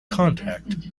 contact